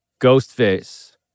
Ghostface